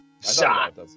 Shot